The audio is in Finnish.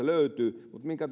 löytyy mutta minkä